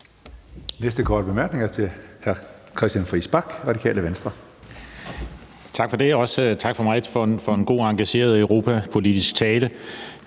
næste korte bemærkning er til hr. Christian Friis Bach, Radikale Venstre. Kl. 19:29 Christian Friis Bach (RV): Tak for det, og også tak fra mig for en god og engageret europapolitisk tale.